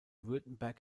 württemberg